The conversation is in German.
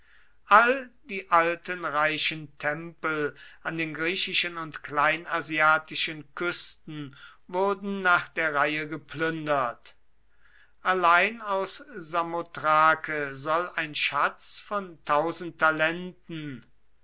all die alten reichen tempel an den griechischen und kleinasiatischen küsten wurden nach der reihe geplündert allein aus samothrake soll ein schatz von talenten